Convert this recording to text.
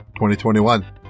2021